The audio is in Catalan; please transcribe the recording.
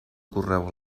correu